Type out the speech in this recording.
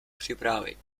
připravit